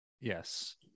yes